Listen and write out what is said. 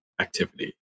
activity